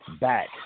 back